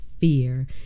fear